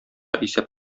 исәп